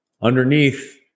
Underneath